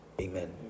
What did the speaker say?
Amen